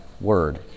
word